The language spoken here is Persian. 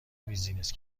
بیزینس